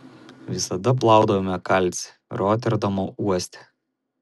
visada plaudavome kalcį roterdamo uoste